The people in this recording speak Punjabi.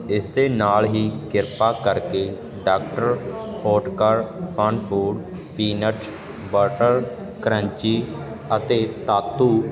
ਇਸ ਦੇ ਨਾਲ ਹੀ ਕ੍ਰਿਪਾ ਕਰਕੇ doctor Oetker FunFoods peanut butter crunchy ਅਤੇ ਧਾਤੂ